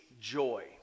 joy